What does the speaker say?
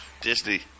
Disney